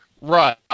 right